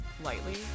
lightly